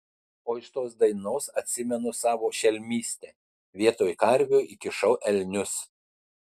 o iš tos dainos atsimenu savo šelmystę vietoj karvių įkišau elnius